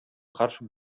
каршы